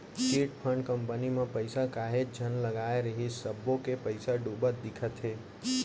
chit fund company म पइसा काहेच झन लगाय रिहिस सब्बो के पइसा डूबत दिखत हे